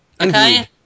Okay